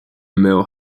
mill